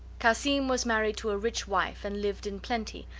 cassim was married to a rich wife and lived in plenty,